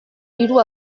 hiru